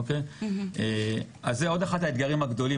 אז זה עוד אחד מהאתגרים הגדולים,